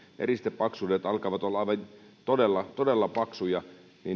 eristepaksuudet alkavat olla aivan todella paksuja